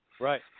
Right